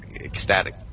ecstatic